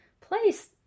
place